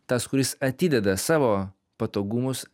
tas kuris atideda savo patogumus